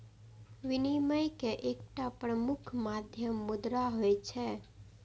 विनिमय के एकटा प्रमुख माध्यम मुद्रा होइ छै